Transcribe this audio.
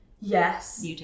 Yes